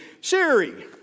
Siri